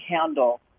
handle